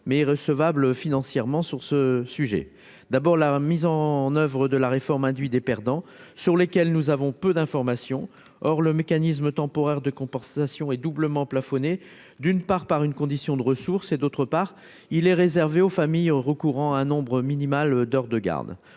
mais recevables financièrement sur ce sujet : d'abord la mise en oeuvre de la réforme induit des perdants sur lesquels nous avons peu d'informations, or le mécanisme temporaire de compensation est doublement plafonnée, d'une part par une condition de ressources et d'autre part, il est réservé aux familles, recourant à un nombre minimal d'heures de garde